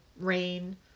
rain